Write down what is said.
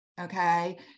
okay